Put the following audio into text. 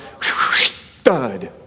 thud